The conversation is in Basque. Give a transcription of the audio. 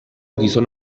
gizon